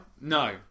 no